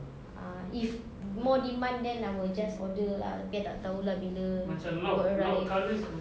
ah if more demand then I will just order lah tetapi I tak tahu lah bila will arrive